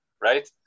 right